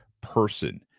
person